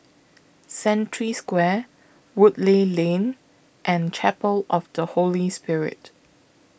Century Square Woodleigh Lane and Chapel of The Holy Spirit